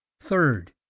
Third